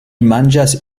manĝas